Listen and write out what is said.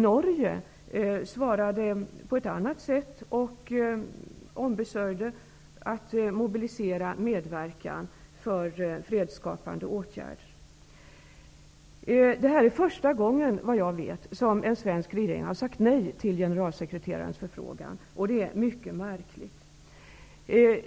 Norge, däremot, ombesörjde mobilisering för medverkan för fredsskapande åtgärder. Såvitt jag vet är detta första gången som en svensk regering har sagt nej till generalsekreterarens förfrågan. Det är mycket anmärkningsvärt.